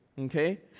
okay